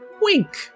Wink